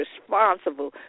responsible